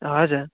हजुर